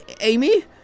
Amy